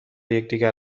یکدیگر